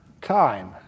time